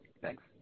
Thanks